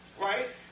Right